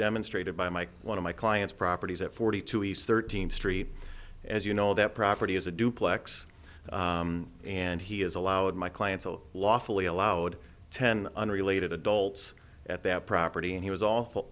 demonstrated by mike one of my clients properties at forty two east thirteenth street as you know that property is a duplex and he has allowed my clients lawfully allowed ten unrelated adults at that property and he was awful